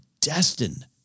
destined